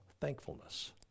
thankfulness